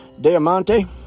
Diamante